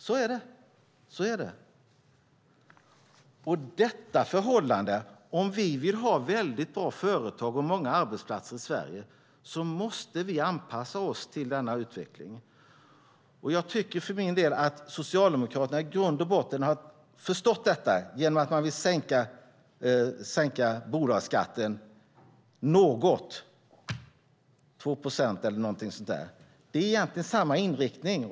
Så är det, och om vi vill ha bra företag och många arbetsplatser i Sverige måste vi anpassa oss till denna utveckling. Jag tycker för min del att Socialdemokraterna i grund och botten har förstått detta genom att de vill sänka bolagsskatten något - 2 procent eller någonting sådant. Det är egentligen samma inriktning.